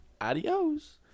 Adios